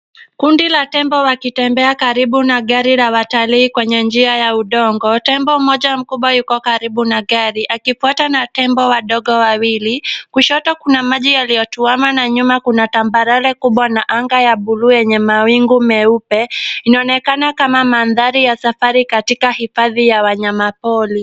Kundi la tembo wakitembea karibu na gari la watalii kwenye njia ya udongo. Tembo mmoja mkubwa yuko karibu na gari akifwatwa na tembo wadogo wawili. Kushoto kuna maji yaliyotuwama na nyuma kuna tambarare kubwa na anga ya buluu yenye mawingu meupe, inaonekana kama madhari ya safari katika hifadhi ya wanyama pori.